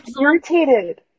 irritated